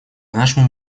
нашему